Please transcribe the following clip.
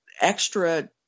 extra